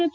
F